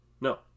No